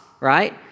right